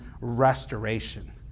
restoration